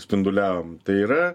spinduliavom tai yra